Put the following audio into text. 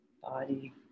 body